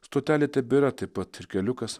stotelė tebėra taip pat ir keliukas